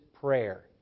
prayer